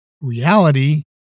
reality